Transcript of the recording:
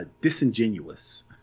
disingenuous